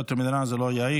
ביקורת המדינה זה לא יעיל.